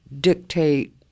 dictate